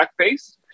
blackface